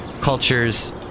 cultures